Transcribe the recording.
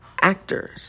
actors